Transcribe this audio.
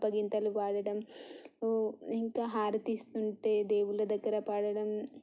అప్పగింతలు పాడడం ఓ ఇంకా హారతి ఇస్తుంటే దేవుళ్ళ దగ్గర పాడడం